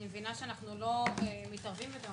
אני מבינה שאנחנו לא מתערבים בזה,